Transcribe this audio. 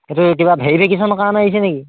সেইটো কিবা ভেৰিফিকেশচনৰ কাৰণে আহিছেনে কি